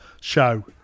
show